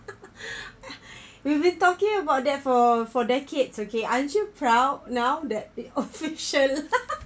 we've been talking about that for for decades okay aren't you proud now that it official